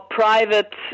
private